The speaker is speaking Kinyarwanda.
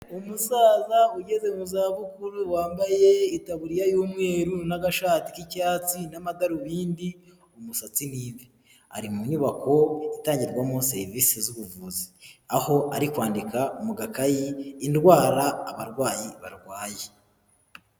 Umusaza ugeze mu zabukuru wambaye itaburiya y'umweru n'agashati k'icyatsi n'amadarubindi, umusatsi ni imvi, ari mu nyubako itangirwamo serivisi z'ubuvuzi aho ari kwandika mu gakayi indwara abarwayi barwaye.